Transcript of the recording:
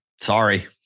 Sorry